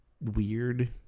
weird